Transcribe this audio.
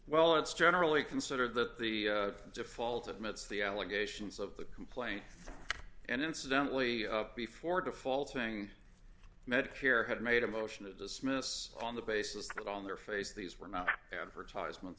well it's generally considered that the default admits the allegations of the complaint and incidentally before defaulting medicare had made a motion to dismiss on the basis that on their face these were not advertisements